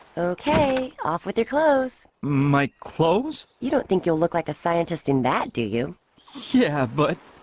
okay off with your clothes my clothes. you don't think you'll look like a scientist in that do you yeah, but?